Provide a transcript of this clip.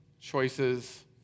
choices